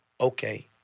okay